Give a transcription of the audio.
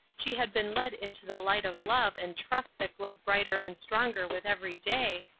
she had been led into the light of love and trust that glowed brighter and stronger with every day,